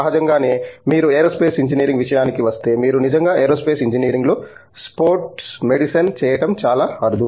సహజంగానే మీరు aerospace engineering విషయానికి వస్తే మీరు నిజంగా ఏరోస్పేస్ ఇంజనీరింగ్లో స్పోర్ట్స్ మెడిసిన్ చేయటం చాలా అరుదు